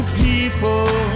people